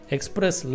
Express